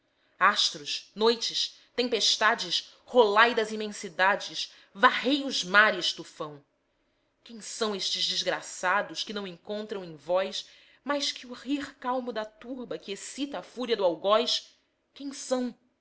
astros noites tempestades rolai das imensidades varrei os mares tufão quem são estes desgraçados que não encontram em vós mais que o rir calmo da turba que excita a fúria do algoz quem são